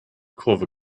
kurve